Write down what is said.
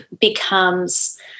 becomes